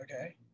Okay